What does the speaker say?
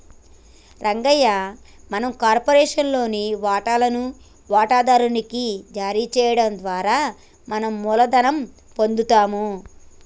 రంగయ్య మనం కార్పొరేషన్ లోని వాటాలను వాటాదారు నికి జారీ చేయడం ద్వారా మనం మూలధనం పొందుతాము